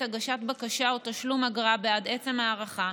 הגשת בקשה או תשלום אגרה בעד עצם ההארכה,